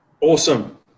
Awesome